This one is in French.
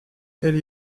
elle